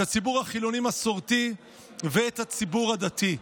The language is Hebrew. את הציבור החילוני-מסורתי ואת הציבור הדתי.